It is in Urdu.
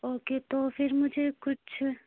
اوکے تو پھر مجھے کچھ